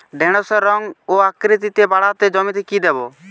ঢেঁড়সের রং ও আকৃতিতে বাড়াতে জমিতে কি দেবো?